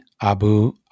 Abu